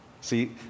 See